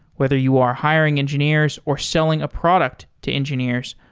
whether you are hiring engineers or selling a product to engineers,